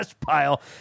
pile